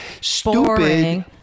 stupid